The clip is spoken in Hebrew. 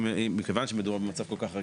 מכיוון שמדובר במצב כל כך רגיש,